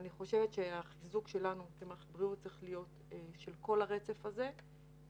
ואני חושבת שהחיזוק שלנו כמערכת בריאות צריך להיות של כל הרצף הזה,